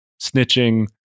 snitching